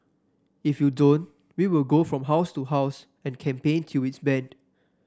if you don't we will go from house to house and campaign till it is banned